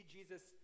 Jesus